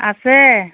আছে